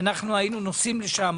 אנחנו היינו נוסעים לשם,